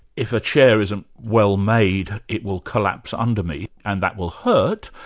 if a chair isn't well made it will collapse under me and that will hurt,